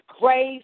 grace